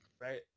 right